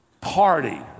party